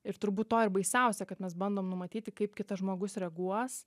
ir turbūt to ir baisiausia kad mes bandom numatyti kaip kitas žmogus reaguos